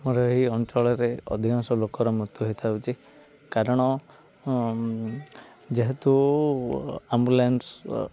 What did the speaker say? ଆମର ଏହି ଅଞ୍ଚଳରେ ଅଧିକାଂଶ ଲୋକର ମୃତ୍ୟୁ ହେଇଥାଉଛି କାରଣ ଯେହେତୁ ଆମ୍ବୁଲାନ୍ସ